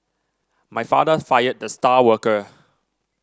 my father fired the star worker